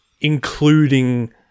including-